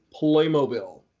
Playmobil